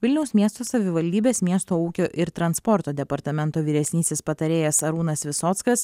vilniaus miesto savivaldybės miesto ūkio ir transporto departamento vyresnysis patarėjas arūnas visockas